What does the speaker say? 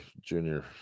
Junior